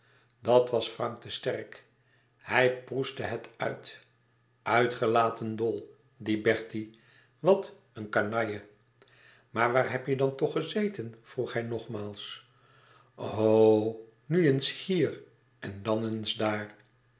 dat was frank te sterk hij proestte het uit uitgelaten dol die bertie wat een canaille maar waar heb je dan toch gezeten vroeg hij nogmaals o nu eens hier en dan eens daar